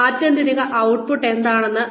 അതിനാൽ ആത്യന്തിക ഔട്ട്പുട്ട് എന്താണെന്നത്